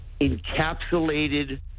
encapsulated